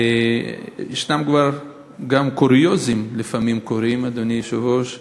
יש קוריוזים שלפעמים קורים, אדוני היושב-ראש,